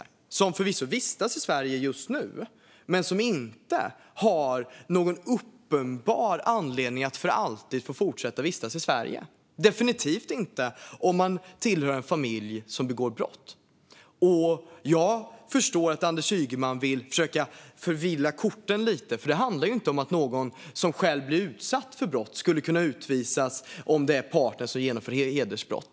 De vistas förvisso i Sverige just nu, men de har inte någon uppenbar anledning att för alltid få fortsätta med det, och definitivt inte om man tillhör en familj som begår brott. Jag förstår att Anders Ygeman vill försöka blanda bort korten lite. Det här handlar inte om att någon som själv blir utsatt för brott skulle kunna utvisas om det är partnern som begår hedersbrott.